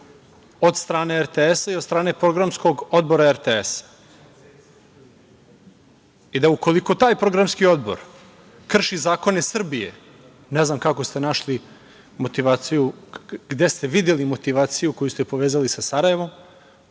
od strane RTS-a i od strane programskog odbora RTS-a i da ukoliko taj programski odbor krši zakone Srbije, ne znam kako ste našli motivaciju, gde ste videli motivaciju koju ste povezali sa Sarajevom